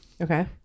Okay